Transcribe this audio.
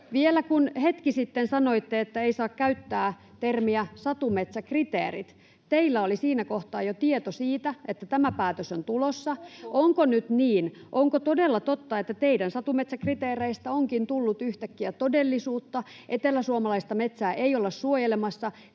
Vielä kun hetki sitten sanoitte, että ei saa käyttää termiä ”satumetsäkriteeri”, niin teillä oli siinä kohtaa jo tieto siitä, että tämä päätös on tulossa. Onko todella totta, että teidän satumetsäkriteereistänne onkin tullut yhtäkkiä todellisuutta, eteläsuomalaista metsää ei olla suojelemassa,